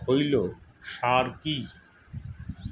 খৈল সার কি?